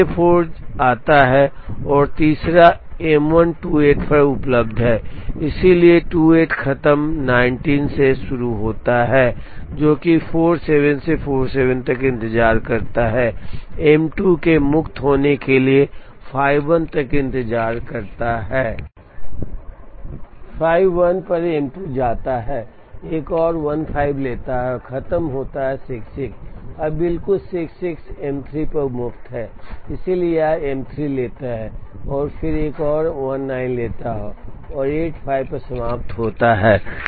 अब J4 आता है तीसरा M1 28 पर उपलब्ध है इसलिए 28 खत्म 19 से शुरू होता है जो कि 47 से 47 तक इंतजार करता है M2 के मुक्त होने के लिए 51 तक इंतजार करता है 51 पर M2 जाता है एक और 15 लेता है और खत्म होता है 66अब बिल्कुल 66 M3 पर मुफ़्त है इसलिए यह M3 लेता है और फिर एक और 19 लेता है और 85 पर समाप्त होता है